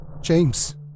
James